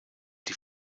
die